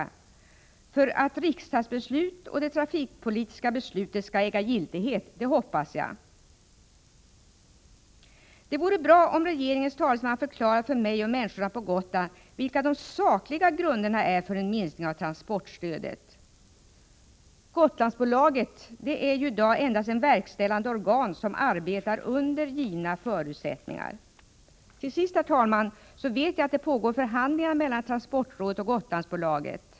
Jag hoppas att riksdagsbeslut och det trafikpolitiska beslutet skall äga giltighet. Det vore bra om regeringens talesman förklarade för mig och människorna på Gotland vilka de sakliga grunderna är för en minskning av transportstödet. Gotlandsbolaget är ju i dag endast ett 105 verkställande organ som arbetar under givna förutsättningar. Till sist vet jag, herr talman, att det pågår förhandlingar mellan transportrådet och Gotlandsbolaget.